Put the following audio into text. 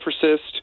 persist